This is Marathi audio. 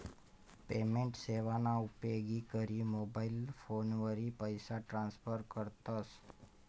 पेमेंट सेवाना उपेग करी मोबाईल फोनवरी पैसा ट्रान्स्फर करतस